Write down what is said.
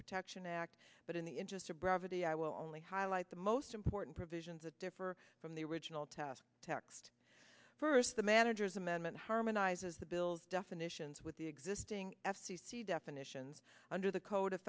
protection act but in the interest of brevity i will only highlight the most important provisions that differ from the original test text first the manager's amendment harmonizes the bill's definitions with the existing f c c definitions under the code of